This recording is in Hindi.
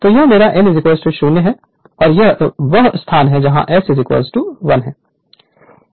तो यह मेरा n 0 है और यह वह स्थान है जहां S 1 है